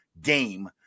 game